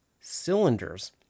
cylinders